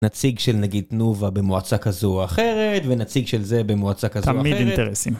נציג של נגיד תנובה במועצה כזו או אחרת, ונציג של זה במועצה כזו או אחרת.תמיד אינטרסים.